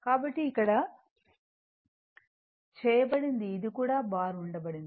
కాబట్టి ఇక్కడ చేయబడింది ఇది కూడా బార్ ఉంచబడింది